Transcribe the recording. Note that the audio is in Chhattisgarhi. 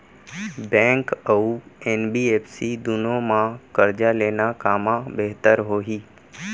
बैंक अऊ एन.बी.एफ.सी दूनो मा करजा लेना कामा बेहतर होही?